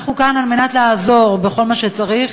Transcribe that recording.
אנחנו כאן כדי לעזור בכל מה שצריך,